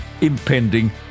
Impending